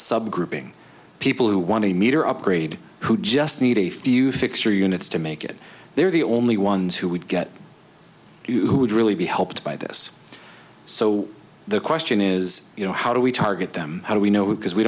subgrouping people who want to meter upgrade who just need a few fixer units to make it they're the only ones who would get you would really be helped by this so the question is you know how do we target them how do we know because we